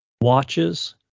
Watches